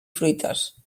fruites